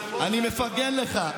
אני מפרגן לך,